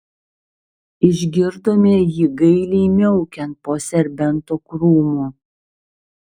išgirdome jį gailiai miaukiant po serbento krūmu